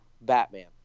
Batman